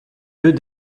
deux